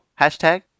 Hashtag